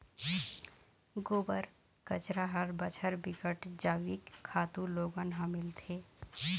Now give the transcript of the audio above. गोबर, कचरा हर बछर बिकट जइविक खातू लोगन ल मिलथे